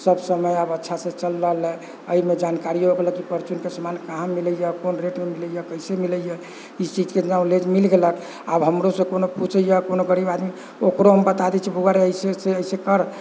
सभ समय आब अच्छा से चल रहल है एहिमे जानकारी हो गेलक कि परचूनके समान कहाँ मिलैया कोन रेटमे मिलैया कइसे मिलैया इस चीजके नौलेज मिल गेलक आब हमरो से कोनो पूछैया कोनो गरीब आदमी ओकरो हम बता दै छियै बौआ रे अइसे अइसे अइसे कर